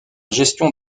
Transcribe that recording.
gestion